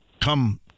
come